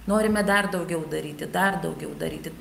norime dar daugiau daryti dar daugiau daryti